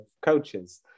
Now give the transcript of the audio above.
coaches